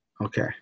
Okay